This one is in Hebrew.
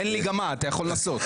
אוקיי, אין לי גם מה, אתה יכול לנסות.